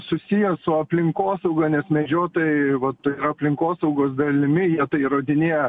susijęs su aplinkosauga nes medžiotojai vat tai yra aplinkosaugos dalimi jie tai įrodinėja